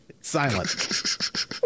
Silence